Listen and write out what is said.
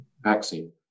vaccine